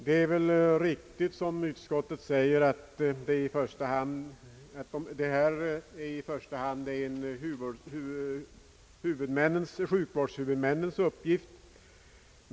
Det är väl riktigt, som utskottet säger, att denna verksamhet i första hand är sjukvårdshuvudmännens uppgift.